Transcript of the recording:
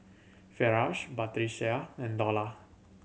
Firash Batrisya and Dollah